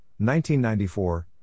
1994